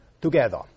Together